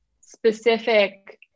specific